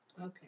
Okay